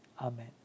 Amen